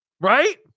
right